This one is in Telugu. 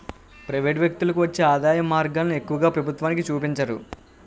ప్రైవేటు వ్యక్తులకు వచ్చే ఆదాయం మార్గాలను ఎక్కువగా ప్రభుత్వానికి చూపించరు